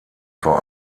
vor